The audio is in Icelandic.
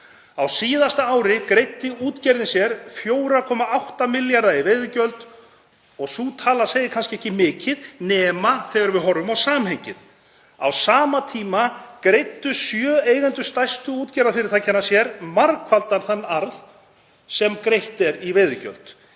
Á síðasta ári greiddi útgerðin sér 4,8 milljarða í veiðigjöld. Sú tala segir kannski ekki mikið nema þegar við horfum á samhengið. Á sama tíma greiddu sjö eigendur stærstu útgerðarfyrirtækjanna sér margfaldan þann arð á við það sem greitt er í veiðigjöld